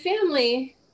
family